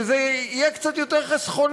שזה יהיה קצת יותר חסכוני,